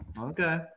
Okay